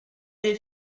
did